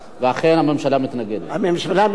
הממשלה מתנגדת להצעת החוק